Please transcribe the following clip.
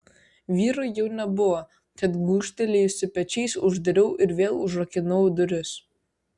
vyro jau nebuvo tad gūžtelėjusi pečiais uždariau ir vėl užrakinau duris